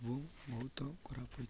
ଏବଂ ବହୁତ ଖରାପ ହୋଇଥାଏ